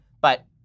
But-